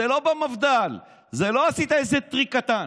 זה לא במפד"ל, זה לא עשית איזה טריק קטן.